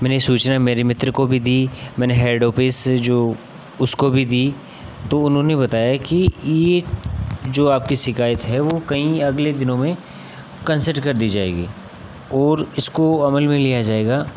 मैंने सूचना मेरे मित्र को भी दी मैंने हेड ऑफ़िस जो उसको भी दी तो उन्होंने बताया कि यह जो आपकी शिकायत है वह कहीं अगले दिनों में कंसिडर कर दी जाएगी और इसको अमल में लिया जाएगा